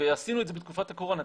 ועשינו את זה בתקופת הקורונה,